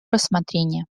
рассмотрения